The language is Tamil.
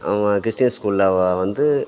அவங்க கிறிஸ்டின் ஸ்கூலில் வ வந்து